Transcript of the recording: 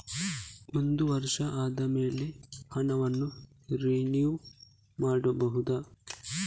ಒಂದು ವರ್ಷ ಆದಮೇಲೆ ಹಣವನ್ನು ರಿನಿವಲ್ ಮಾಡಬಹುದ?